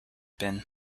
been